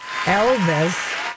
Elvis